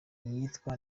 iyitwa